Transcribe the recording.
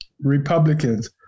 republicans